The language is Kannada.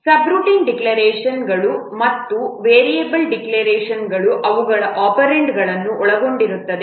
ಸಬ್ರುಟೀನ್ ಡಿಕ್ಲರೇಶನ್ಗಳು ಮತ್ತು ವೇರಿಯಬಲ್ ಡಿಕ್ಲರೇಶನ್ಗಳು ಅವುಗಳು ಒಪೆರಾಂಡ್ಗಳನ್ನು ಒಳಗೊಂಡಿರುತ್ತದೆ